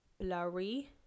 blurry